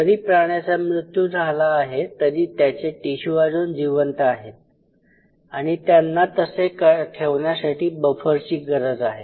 जरी प्राण्याचा मृत्यू झाला आहे तरी त्याचे टिशू अजून जिवंत आहेत आणि त्यांना तसे ठेवण्यासाठी बफरची गरज आहे